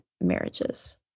marriages